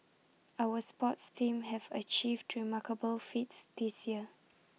our sports teams have achieved remarkable feats this year